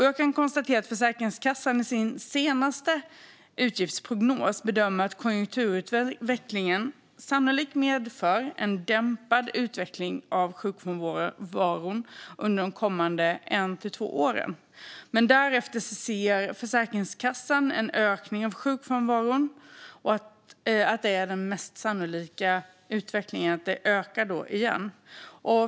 Jag kan konstatera att Försäkringskassan i sin senaste utgiftsprognos bedömer att konjunkturutvecklingen sannolikt medför en dämpad utveckling av sjukfrånvaron under de kommande ett till två åren. Därefter ser Försäkringskassan att den mest sannolika utvecklingen är att sjukfrånvaron ökar igen.